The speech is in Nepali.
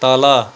तल